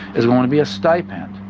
is going to be a stipend,